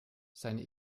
seine